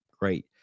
Great